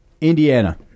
Indiana